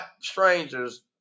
strangers